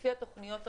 לפי התכניות הרגילות,